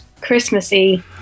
Christmassy